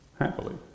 happily